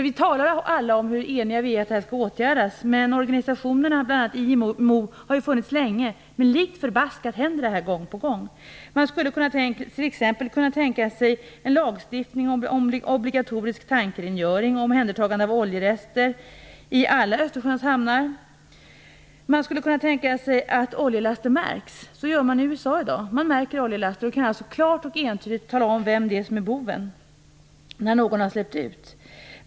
Vi talar alla om hur eniga vi är om att detta skall åtgärdas, men organisationerna, bl.a. IMO, har funnits länge och likt förbaskat händer detta gång på gång. Man skulle kunna tänka sig en lagstiftning om obligatorisk tankrengöring och omhändertagande av oljerester i alla Östersjöns hamnar. Man skulle också kunna tänka sig att alla oljelaster märks. Så gör man i USA i dag och kan alltså klart och entydigt tala om vem det är som är boven när någon har släppt ut.